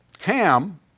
Ham